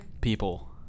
people